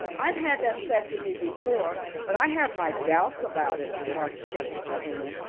i've had that said to me before, but i have my doubts about it, remarked skeptical anne,